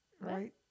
right